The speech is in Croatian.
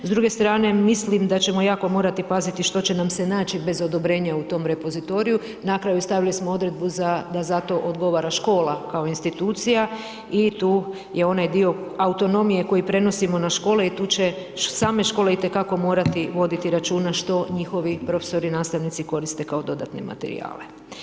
S druge strane mislim da ćemo jako morati paziti što će nam se naći bez odobrenja u tom repozitoriju, na kraju stavili smo odredbu da za to odgovara škola kao institucija i tu je onaj dio autonomije koji prenosimo na škole i tu će same škole itekako morati voditi računa što njihovi profesori i nastavnici koriste kao dodatne materijale.